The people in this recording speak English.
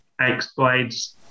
X-Blades